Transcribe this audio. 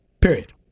period